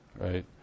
right